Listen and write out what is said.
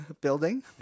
building